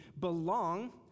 belong